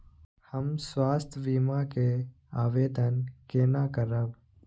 हम स्वास्थ्य बीमा के आवेदन केना करब?